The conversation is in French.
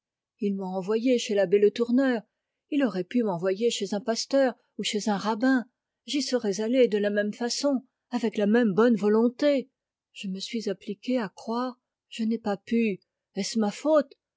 il m'a envoyée chez l'abbé le tourneur il aurait pu m'envoyer chez un pasteur ou chez un rabbin j'y serais allée de la même façon avec la même bonne volonté je me suis appliquée à croire je n'ai pas pu est-ce ma faute